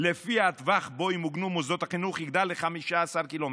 שלפיה הטווח שבו ימוגנו מוסדות החינוך יגדל ל-15 קילומטר.